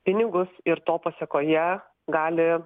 pinigus ir to pasėkoje gali